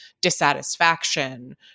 dissatisfaction